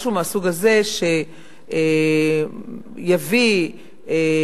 משהו מהסוג הזה שיביא לכאן,